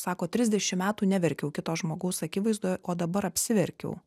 sako trisdešim metų neverkiau kito žmogaus akivaizdoje o dabar apsiverkiau